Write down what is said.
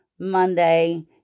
Monday